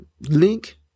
link